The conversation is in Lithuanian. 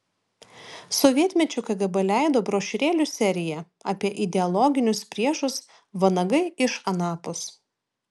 sovietmečiu kgb leido brošiūrėlių seriją apie ideologinius priešus vanagai iš anapus